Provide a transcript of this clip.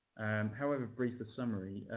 however brief the summary,